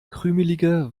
krümelige